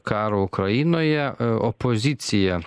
karo ukrainoje opozicija